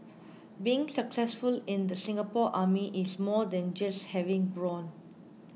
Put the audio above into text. being successful in the Singapore Army is more than just having brawn